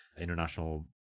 international